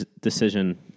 decision